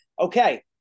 Okay